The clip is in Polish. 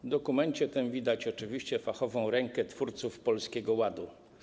W dokumencie tym widać oczywiście fachową rękę twórców Polskiego Ładu.